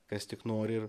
kas tik nori ir